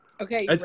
Okay